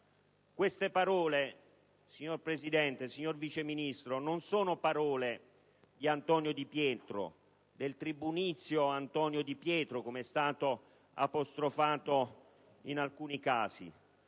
Queste parole, signor Presidente, signor Vice Ministro, non sono di Antonio Di Pietro, del tribunizio Antonio Di Pietro, come è stato apostrofato in alcuni casi.